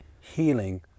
healing